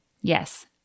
Yes